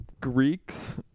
Greeks